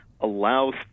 allows